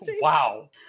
Wow